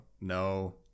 no